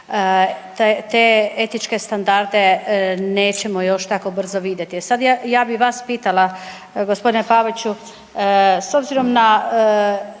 Te etičke standarde nećemo još tako brzo vidjeti. Sad ja bi vas pitala gospodine Paviću, s obzirom na